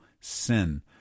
sin